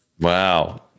Wow